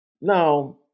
Now